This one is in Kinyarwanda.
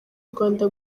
rwanda